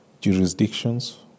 jurisdictions